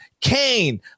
Kane